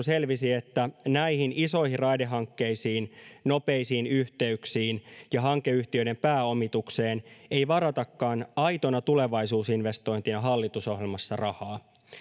selvisi että näihin isoihin raidehankkeisiin nopeisiin yhteyksiin ja hankeyhtiöiden pääomitukseen ei varatakaan aitona tulevaisuusinvestointina hallitusohjelmassa rahaa